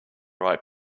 right